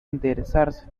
interesarse